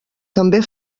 també